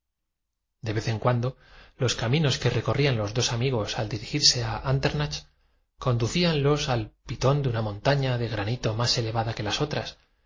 de vez en cuando los caminos que simultáneamente lo miraron añadió escucho que recorrían los dos amigos al dirigirse a andernach conducíanlos al he olvidado el nombre del otro jovensiguió diciendo el señor pitón de una montaña de granito más elevada que las otras